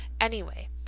Anyway